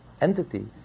entity